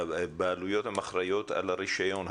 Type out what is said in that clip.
בעלויות, הן אחראיות על הרישיון.